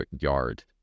yard